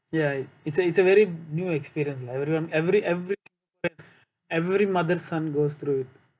ya it's a it's a very new experience lah everyone every every every mother's son goes through it